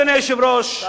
אדוני היושב-ראש,